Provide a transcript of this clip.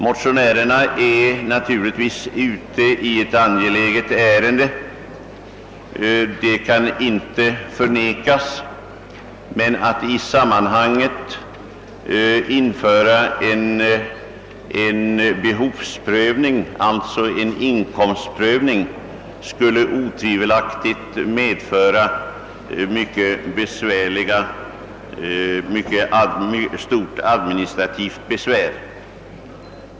Motionärerna är naturligtvis ute i ett angeläget ärende, det kan inte förnekas, men att i sammanhanget införa en behovsprövning skulle otvivelaktigt innebära ett mycket stort administrativt besvär.